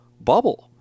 bubble